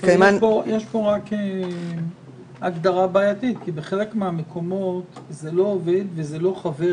יש פה הגדרה בעייתית כי בחלק מהמקומות זה לא עובד ולא חבר